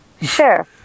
Sure